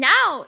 Now